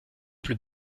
plus